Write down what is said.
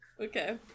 Okay